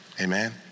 Amen